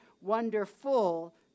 wonderful